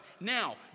now